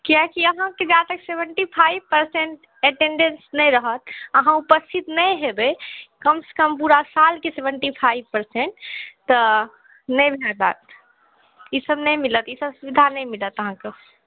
किएकि अहाँके जा तक सेवेन्टी फाइव परसेन्ट अटेन्डेंस नहि रहत अहाँ उपस्थित नहि होयबै कमसँ कम पूरा सालके सेवेन्टी परसेन्ट तऽ नहि बनत बात ई सभ नहि मिलत ई सभ सुबिधा नहि मिलत अहाँकऽ